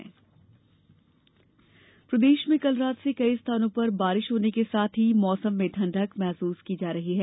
मौसम प्रदेश में कल रात से कई स्थानों पर बारिश होने के साथ ही मौसम में ठंडक महसूस की जा रही है